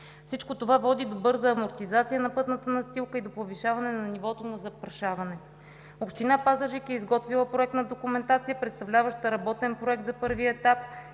Всичко това води до бърза амортизация на пътната настилка и до повишаване нивото на запрашаване. Община Пазарджик е изготвила проектна документация, представляваща работен проект за първия етап